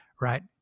right